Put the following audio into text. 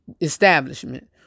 establishment